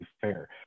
fair